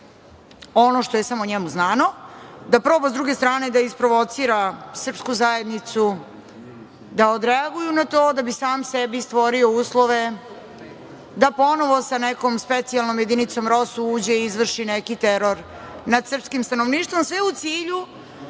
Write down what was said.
ono što je samo njemu znano, da proba sa druge strane da provocira srpsku zajednicu, da odreaguju na to da bi sam sebi stvorio uslove da ponovo sa nekom specijalnom jedinicom ROSU, uđe i izvrši neki teror nad srpskim stanovništvom sve u cilju